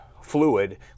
fluid